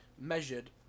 measured